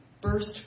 burst